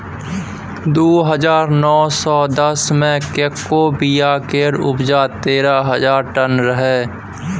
दु हजार नौ दस मे कोको बिया केर उपजा तेरह हजार टन रहै